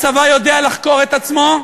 הצבא יודע לחקור את עצמו,